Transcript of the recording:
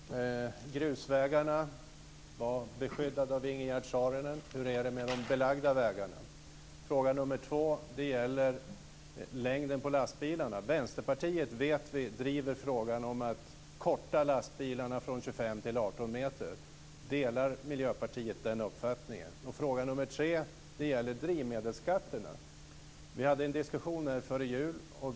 Herr talman! Grusvägarna beskyddas av Ingegerd Saarinen. Hur är det med de belagda vägarna? Min andra fråga gäller längden på lastbilarna. Vi vet att Vänsterpartiet driver frågan om att förkorta lastbilarna från 25 till 18 meter. Delar Miljöpartiet den uppfattningen? Den tredje frågan gäller drivmedelsskatterna. Vi hade en diskussion här före jul.